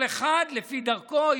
כל אחד לפי דרכו.